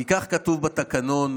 כי כך כתוב בתקנון,